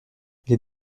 les